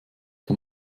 von